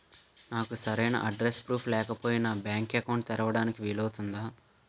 నాకు సరైన address proof లేకపోయినా బ్యాంక్ అకౌంట్ తెరవడానికి వీలవుతుందా?